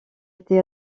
été